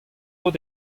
out